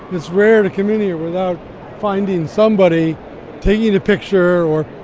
it's rare to come in here without finding somebody taking a picture or,